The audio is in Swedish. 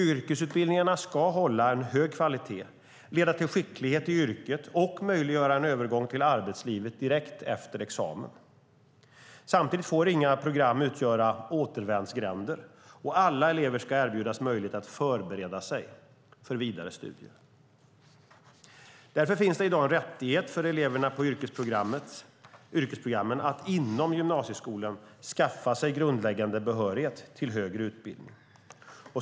Yrkesutbildningarna ska hålla hög kvalitet, leda till skicklighet i yrket och möjliggöra en övergång till arbetslivet direkt efter examen. Samtidigt får inga program utgöra återvändsgränder, och alla elever ska erbjudas möjlighet att förbereda sig för vidare studier. Därför finns det i dag en rättighet för eleverna på yrkesprogrammen att inom gymnasieskolan skaffa sig grundläggande behörighet till högre utbildning.